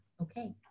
okay